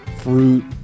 Fruit